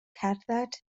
cerdded